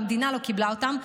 והמדינה לא קיבלה אותם נקיים,